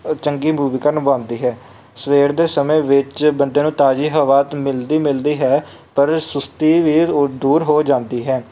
ਅ ਚੰਗੀ ਭੂਮਿਕਾ ਨਿਭਾਉਂਦੀ ਹੈ ਸਵੇਰ ਦੇ ਸਮੇਂ ਵਿੱਚ ਬੰਦੇ ਨੂੰ ਤਾਜ਼ੀ ਹਵਾ ਤਾਂ ਮਿਲਦੀ ਮਿਲਦੀ ਹੈ ਪਰ ਸੁਸਤੀ ਵੀ ਉਹ ਦੂਰ ਹੋ ਜਾਂਦੀ ਹੈ